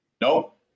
Nope